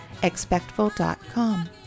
expectful.com